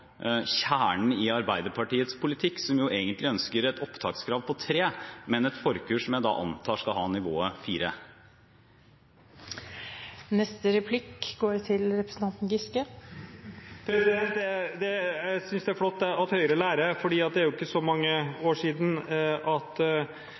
kjernen i Arbeiderpartiets politikk, som egentlig ønsker et opptakskrav om karakteren 3, men et forkurs som jeg antar skal ha nivået 4. Jeg synes det er flott at Høyre lærer, for det er ikke så mange år siden at